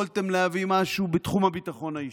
יכולתם להביא משהו בתחום הביטחון האישי,